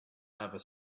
ever